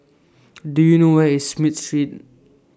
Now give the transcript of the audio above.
Do YOU know Where IS Smith Street